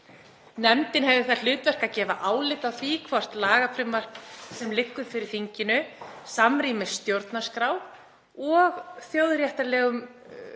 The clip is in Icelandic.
Nefndin hafi það hlutverk að gefa álit á því hvort lagafrumvarp sem liggur fyrir þinginu samrýmist stjórnarskrá og þjóðréttarlegum